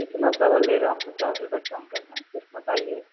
اتنا سارا لے رہے ہیں آپ پچاس روپے کم کر رہے ہیں صرف بتائیے